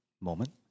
moment